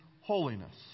holiness